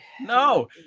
No